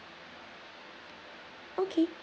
okay